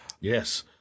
Yes